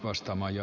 kannatan ed